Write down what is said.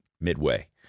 midway